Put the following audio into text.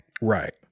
Right